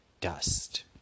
dust